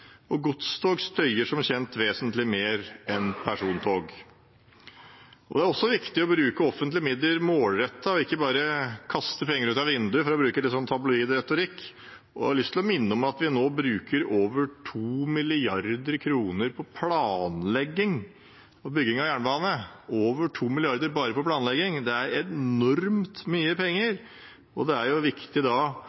støyskjerming. Godstog støyer som kjent vesentlig mer enn persontog. Det er også viktig å bruke offentlige midler målrettet og ikke bare kaste penger ut av vinduet, for å bruke tabloid retorikk. Jeg har lyst til å minne om at vi bruker nå over 2 mrd. kr på planlegging av bygging av jernbane. Det er enormt mye penger,